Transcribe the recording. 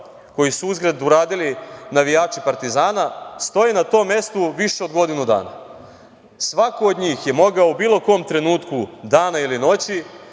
koji su uzgred uradili navijači partizana stoji na tom mestu više od godinu dana. Svako od njih je mogao u bilo kom trenutku, dana ili noći